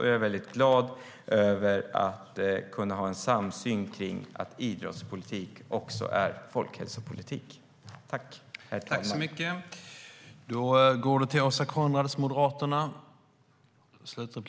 Jag är väldigt glad över att kunna ha en samsyn kring att idrottspolitik också är folkhälsopolitik.